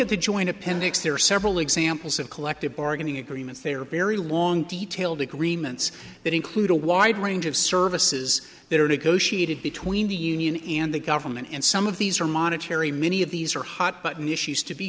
at the joint appendix there are several examples of collective bargaining agreements they are very long detailed agreements that include a wide range of services that are negotiated between the union and the government and some of these are monetary many of these are hot button issues to be